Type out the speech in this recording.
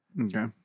okay